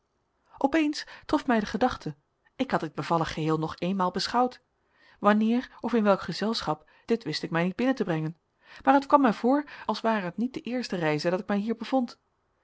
opeens trof mij de gedachte ik had dit bevallig geheel nog éénmaal beschouwd wanneer of in welk gezelschap dit wist ik mij niet te binnen te brengen maar het kwam mij voor als ware het niet de eerste reize dat ik mij hier bevond